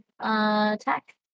attack